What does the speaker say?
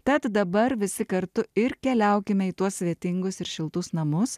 tad dabar visi kartu ir keliaukime į tuos svetingus ir šiltus namus